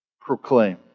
proclaim